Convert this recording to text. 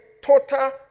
total